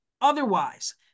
otherwise